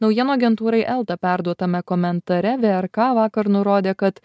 naujienų agentūrai elta perduotame komentare vrk vakar nurodė kad